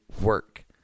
work